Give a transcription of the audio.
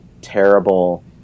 terrible